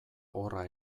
horra